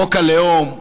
חוק הלאום,